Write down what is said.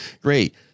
great